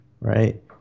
right